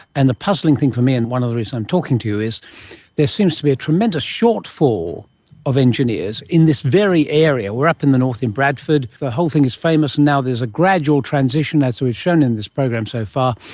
and the puzzling thing for me and one of the reasons i'm talking to you is there seems to be a tremendous shortfall of engineers in this very area. we are up in the north in bradford, the whole thing is famous, and now there is a gradual transition, as we've shown in this program so far,